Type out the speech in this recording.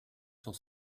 cent